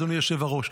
אדוני היושב-ראש.